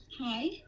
Hi